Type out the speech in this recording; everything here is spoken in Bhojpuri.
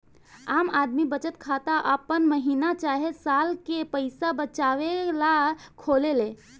आम आदमी बचत खाता आपन महीना चाहे साल के पईसा बचावे ला खोलेले